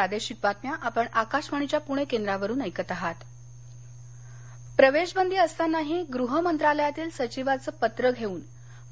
वाधवान सातारा प्रवेशबंदी असतानाही गृह मंत्रालयातील सचिवाचे पत्र घेवून